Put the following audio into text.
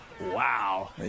Wow